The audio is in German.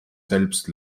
selbst